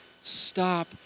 stop